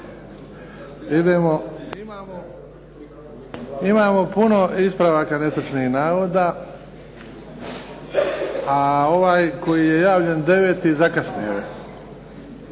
Imamo puno ispravaka netočnih navoda, a ovaj koji je javljen 9. zakasnio je.